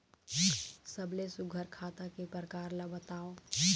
सबले सुघ्घर खाता के प्रकार ला बताव?